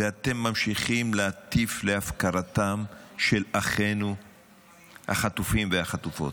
ואתם ממשיכים להטיף להפקרתם של אחינו החטופים והחטופות.